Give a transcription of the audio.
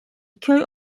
köy